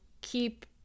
keep